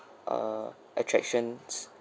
uh attractions